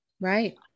Right